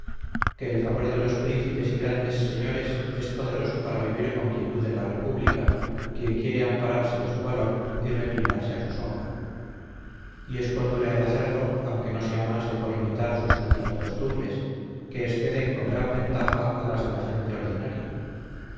que el favor de los príncipes y grandes señores es poderoso para vivir con quietud en la república quien quiere ampararse de su valor y reclinarse a su sombra y es cordura el hacerlo aunque no sea más de por imitar sus nativas costumbres que exceden con gran ventaja a las de la gente ordinaria